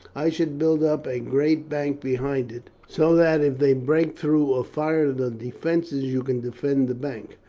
i should build up a great bank behind it, so that if they break through or fire the defences you can defend the bank.